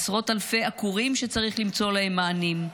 עשרות אלפי עקורים שצריך למצוא להם מענים,